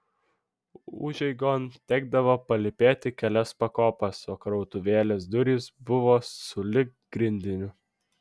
užeigon tekdavo palypėti kelias pakopas o krautuvėlės durys buvo sulig grindiniu